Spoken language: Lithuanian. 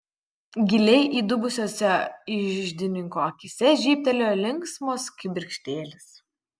giliai įdubusiose iždininko akyse žybtelėjo linksmos kibirkštėlės